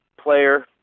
player